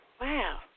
Wow